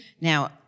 Now